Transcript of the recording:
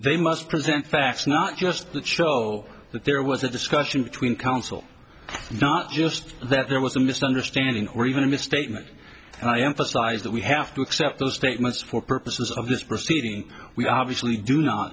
they must present facts not just that show that there was a discussion between counsel not just that there was a misunderstanding or even misstatement and i emphasize that we have to accept those statements for purposes of this proceeding we obviously do not